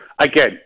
Again